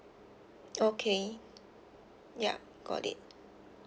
okay ya got it